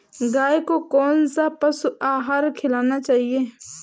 गाय को कौन सा पशु आहार खिलाना चाहिए?